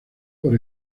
por